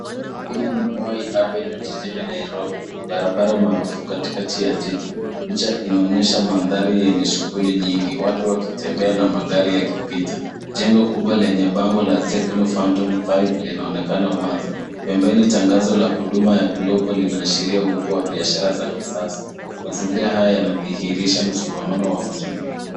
Hii ni Moi avenue jijini Nairobi barabara maarufu katikati ya jiji. Picha inaonyesha mandhari yenye shughuli nyingi. Watu wakitembea na magari yakipita. Jengo kubwa lenye bango la, tecnofund on pipe, linaonekana wazi. Pembeni tangazo la huduma ya glovo inaashiria uwepo wa biashara za kisasa. Mazingira haya yanadhihirisha msongamano wa mji mkubwa.